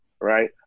right